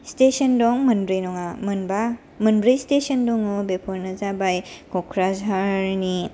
station दं मोनब्रै नङा मोनबा मोनब्रै स्टेशन दङ बेफोरनो जाबाय क'क्राझारनि